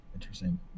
interesting